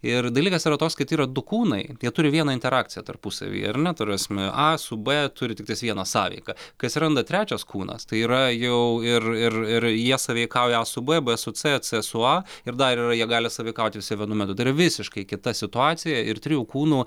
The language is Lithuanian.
ir dalykas yra toks kad yra du kūnai tai jie turi vieną interakciją tarpusavyje ar ne ta prasme a su b turi tiktais vieną sąveiką kai atsiranda trečias kūnas tai yra jau ir ir ir jie sąveikauja a su b b su c c su a ir dar yra jie gali sąveikauti visi vienu metu tai yra visiškai kita situacija ir trijų kūnų